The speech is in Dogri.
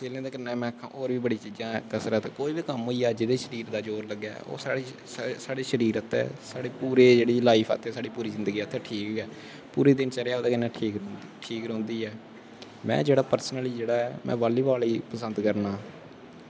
खेलने दे कन्नै होर बी बड़ी चीजां में आक्खां कसरत कोई बी कम्म होइया जेह्दै च शरीर दा जोर लग्गै ओह् साढ़े शरीर आस्तै साढ़ी पूरी जेह्ड़ी लाइफ आस्तै जिन्दगी आस्तै ठीक गै पूरी दिनचर्या ओह्दे कन्नै ठीक रौंह्दी ऐ में जेह्ड़ा प्रसनली बॉली बाल गी पसंद करना ऐं